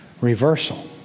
reversal